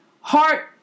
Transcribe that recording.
heart